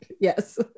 Yes